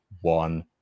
one